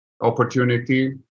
opportunity